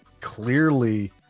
clearly